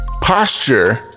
posture